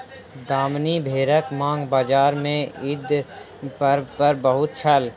दामनी भेड़क मांग बजार में ईद पर्व पर बहुत छल